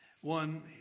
One